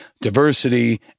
diversity